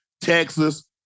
Texas